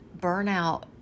burnout